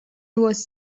was